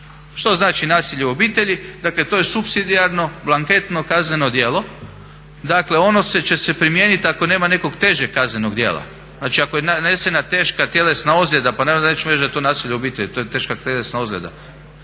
Što znači nasilje u obitelji? Dakle to je supsidijarno blanketno kazneno djelo, dakle ono će se primijenit ako nema nekog težeg kaznenog djela, znači ako je nanesena teška tjelesna ozljeda pa naravno da nećemo reći da je to nasilje u obitelji, to je teška tjelesna ozljeda